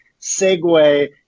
segue